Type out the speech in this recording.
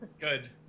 Good